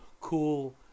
Cool